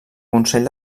consell